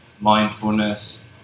mindfulness